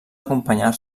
acompanyar